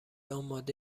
آماده